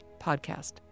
podcast